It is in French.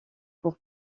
pour